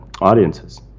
audiences